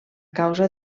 causa